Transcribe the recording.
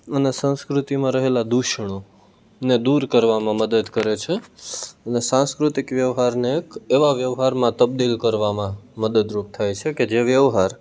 અને સાંસ્કૃતિમાં રહેલા દૂષણોને દૂર કરવામાં મદદ કરે છે સાંસ્કૃતિક વ્યવહારને એક એવા વ્યવહારમાં તબદીલ કરવામાં મદદરૂપ થાય છે કે જે વ્યવહાર